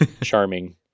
charming